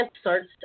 starts